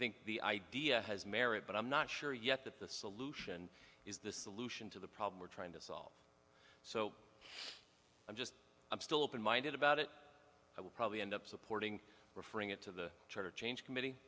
think the idea has merit but i'm not sure yet that the solution is the solution to the problem we're trying to solve so i'm just i'm still open minded about it i would probably end up supporting referring it to the charter change committee